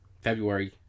February